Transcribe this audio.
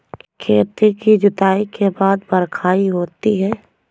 खेती की जुताई के बाद बख्राई होती हैं?